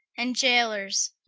and iaylors.